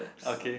okay